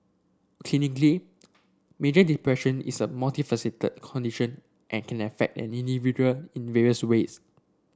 clinically major depression is a multifaceted condition and can affect an individual in various ways